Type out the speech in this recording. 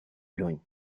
lluny